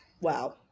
Wow